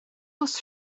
oes